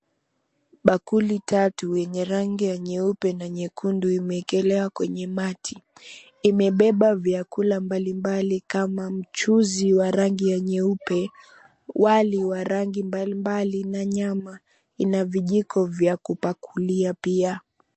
Bakuli tatu yenye rangi ya nyeupe na nyekundu imeekelewa kwenye mati . Imebeba vyakula mbali mbali kama mchuzi wa rangi ya nyeupe, wali wa rangi mbali mbali na nyama. Ina vijiko vya kupakulia pia.